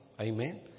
Amen